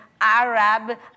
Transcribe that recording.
Arab